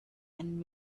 and